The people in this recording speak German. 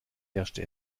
herrschte